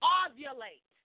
ovulate